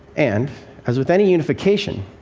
and as with any unification,